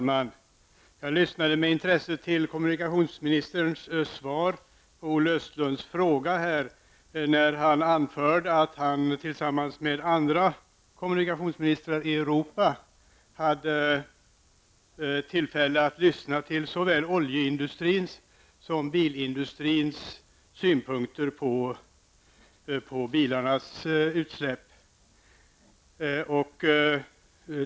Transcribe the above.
Herr talman! Jag lyssnade med intresse när kommunikationsministern i sitt svar på Olle Östrands fråga anförde att han tillsammans med andra kommunikationsministrar i Europa hade tillfälle att lyssna till såväl oljeindustrins som bilindustrins synpunkter på bilarnas utsläpp.